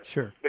Sure